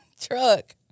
truck